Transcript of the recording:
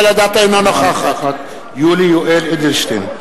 אינה נוכחת יולי יואל אדלשטיין,